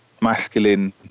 masculine